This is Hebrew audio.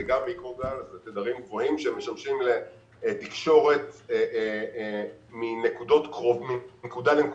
זה גם מיקרוגל ואלה תדרים גבוהים שמשמשים לתקשורת מנקודה לנקודה,